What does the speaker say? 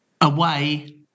Away